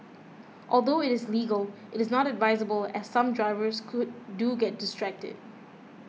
although it is legal is not advisable as some drivers could do get distracted